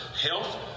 health